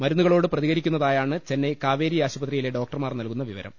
മരുന്നുകളോട് പ്രതികരിക്കുന്നതാ യാണ് ചെന്നൈ കാവേരി ആശുപത്രിയിലെ ഡോക്ടർമാർ നല്കുന്ന വിവരം